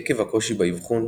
עקב הקושי באבחון,